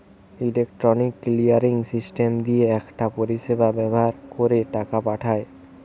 electronic clearing system দিয়ে একটা পরিষেবা ব্যাভার কোরে টাকা পাঠায়